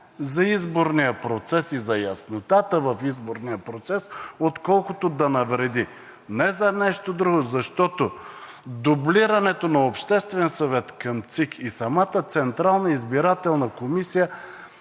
за изборния процес и за яснотата в изборния процес, отколкото да навреди. Не за нещо друго, а защото дублирането на Обществения съвет към ЦИК и самата Централна избирателна комисия